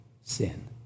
sin